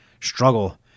struggle